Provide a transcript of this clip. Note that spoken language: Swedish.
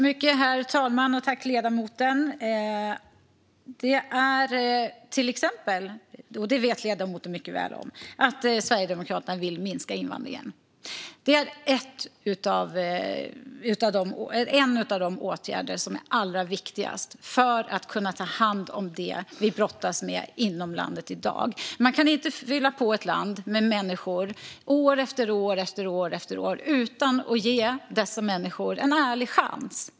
Herr talman! Ledamoten vet mycket väl att Sverigedemokraterna vill minska invandringen. Det är en av de åtgärder som är allra viktigast för att kunna ta hand om det vi brottas med inom landet i dag. Man kan inte fylla på ett land med människor år efter år utan att ge dessa människor en ärlig chans.